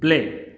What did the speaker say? play